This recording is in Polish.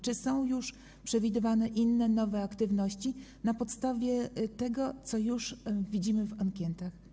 Czy są już przewidywane kolejne nowe aktywności na podstawie tego, co już widzimy w ankietach?